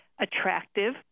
attractive